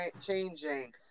changing